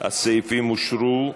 הסעיפים אושרו.